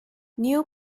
new